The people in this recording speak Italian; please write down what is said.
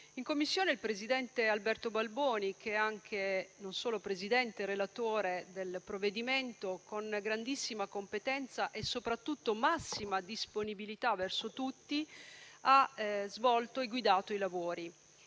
In Commissione, il presidente Alberto Balboni, che è anche relatore del provvedimento, con grandissima competenza e soprattutto massima disponibilità verso tutti, ha guidato i lavori,